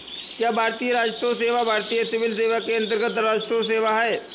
क्या भारतीय राजस्व सेवा भारतीय सिविल सेवा के अन्तर्गत्त राजस्व सेवा है?